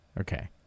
Okay